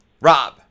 rob